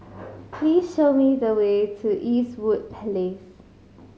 please show me the way to Eastwood Place